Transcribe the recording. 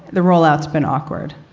the rollout has been awkward.